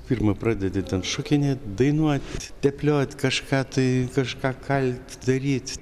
pirma pradedi ten šokinėt dainuot tepliot kažką tai kažką kalt daryt